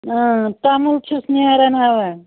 توٚمُل چھُس نیران اوا